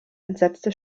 entsetzte